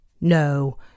No